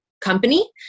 company